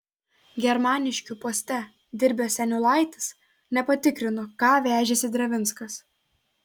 germaniškių poste dirbęs eniulaitis nepatikrino ką vežėsi drevinskas